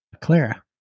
Clara